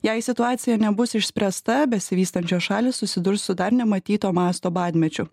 jei situacija nebus išspręsta besivystančios šalys susidurs su dar nematyto masto badmečiu